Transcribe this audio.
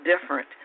different